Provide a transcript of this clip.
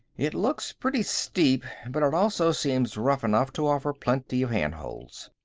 it looks pretty steep, but it also seems rough enough to offer plenty of handholds.